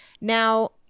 now